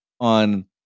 on